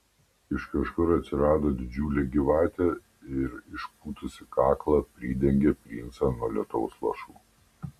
iš kažkur atsirado didžiulė gyvatė ir išpūtusi kaklą pridengė princą nuo lietaus lašų